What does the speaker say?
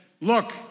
look